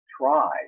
try